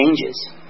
changes